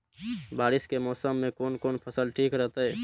बारिश के मौसम में कोन कोन फसल ठीक रहते?